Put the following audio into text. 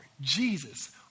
Jesus